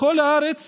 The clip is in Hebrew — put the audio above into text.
בכל הארץ